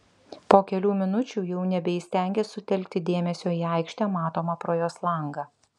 po kelių minučių jau nebeįstengė sutelkti dėmesio į aikštę matomą pro jos langą